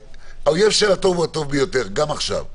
האויב של הטוב הוא הטוב ביותר, גם עכשיו.